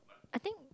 I think